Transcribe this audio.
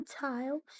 tiles